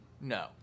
no